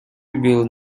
rebuild